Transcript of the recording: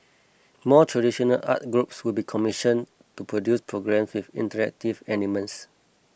more traditional art groups will be commissioned to produce programmes with interactive elements